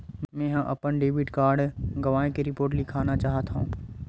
मेंहा अपन debit card गवाए के रिपोर्ट लिखना चाहत हव